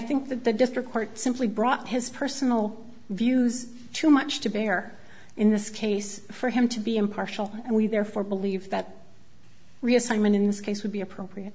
think that the district court simply brought his personal views too much to bear in this case for him to be impartial and we therefore believe that reassignment in this case would be appropriate